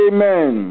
Amen